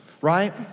right